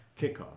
kickoff